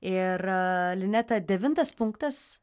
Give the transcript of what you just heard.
ir lineta devintas punktas